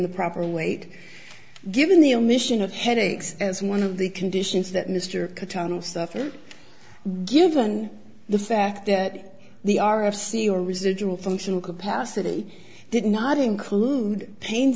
the proper weight given the omission of headaches as one of the conditions that mr a ton of stuff and given the fact that the are of c or residual functional capacity did not include pain